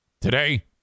Today